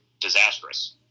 disastrous